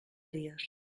dies